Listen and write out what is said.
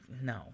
no